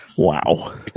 Wow